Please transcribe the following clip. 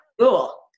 Cool